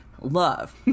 love